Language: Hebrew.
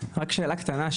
רק שאלה קטנה,